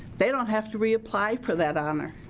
they don't have to reapply for that honor.